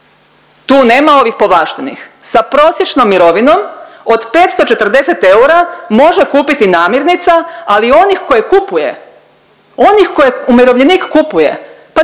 tu nema ovih povlaštenih sa prosječnom mirovinom od 540 eura može kupiti namirnica ali onih koje kupuje, onih koje umirovljenik kupuje pa ne